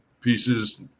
pieces